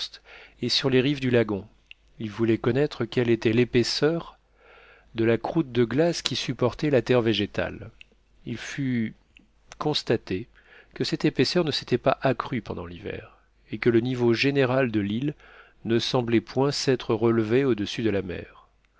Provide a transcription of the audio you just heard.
et sur les rives du lagon il voulait connaître quelle était l'épaisseur de la croûte de glace qui supportait la terre végétale il fut constaté que cette épaisseur ne s'était pas accrue pendant l'hiver et que le niveau général de l'île ne semblait point s'être relevé au-dessus de la mer